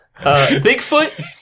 Bigfoot